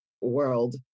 world